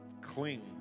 cling